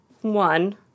One